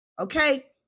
Okay